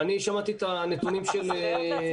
נלחמים על --- אני תמיד אמרתי שאנשי צבא נלחמים.